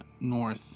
north